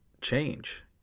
change